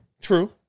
True